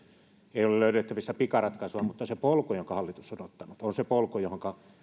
ei ole löydettävissä pikaratkaisua mutta se polku jonka hallitus on ottanut on se polku johonka